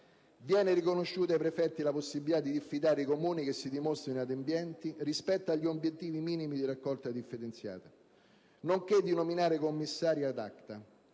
riconosce ai prefetti la possibilità di diffidare i Comuni che si dimostrano inadempienti rispetto agli obiettivi minimi di raccolta differenziata, nonché di nominare commissari *ad acta*.